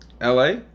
LA